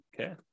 Okay